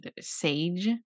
sage